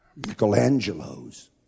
Michelangelos